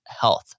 health